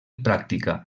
pràctica